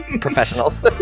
professionals